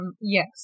yes